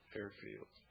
airfield